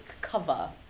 cover